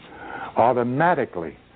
automatically